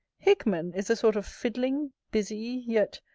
hickman is a sort of fiddling, busy, yet,